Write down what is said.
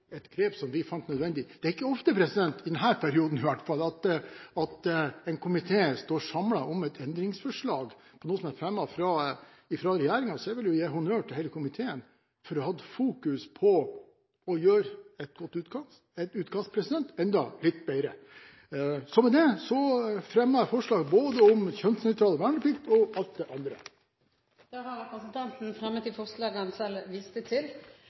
et grep vi fant nødvendig. Det er ikke ofte – i denne perioden, i hvert fall – at en komité står samlet om et endringsforslag til noe som er fremmet fra regjeringen, så jeg vil gi honnør til hele komiteen for å ha hatt fokus på å gjøre et godt utkast enda litt bedre. Med det tilrår jeg innstillingene om både kjønnsnøytral verneplikt og alt det andre. «Når vi diskuterer forsvarsspørsmål, blir det ofte mye om bataljoner, skvadroner, kjøretøy, fartøy, flymaskiner, kuler og krutt. Det er vel og bra og må også til,